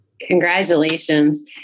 Congratulations